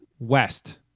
West